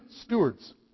stewards